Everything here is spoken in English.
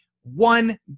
one